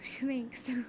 thanks